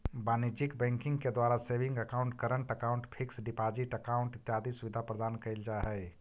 वाणिज्यिक बैंकिंग के द्वारा saving account, current account, fix deposit account इत्यादि सुविधा प्रदान कैल जा हइ